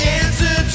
answer